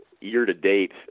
Year-to-date